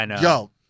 yo